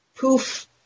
poof